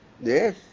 Yes